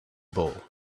ball